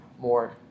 more